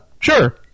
Sure